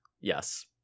Yes